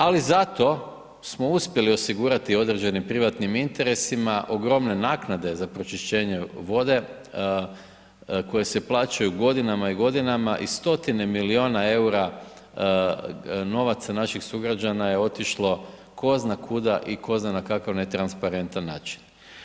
Ali zato smo uspjeli osigurati određenim privatnim interesima ogromne naknade za pročišćenje vode koje se plaćaju godinama i godinama i stotine milijuna EUR-a novaca naših sugrađana je otišlo tko zna kuda i tko zna na kakav netransparentan način.